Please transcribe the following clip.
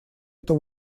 эту